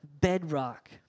bedrock